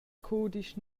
cudisch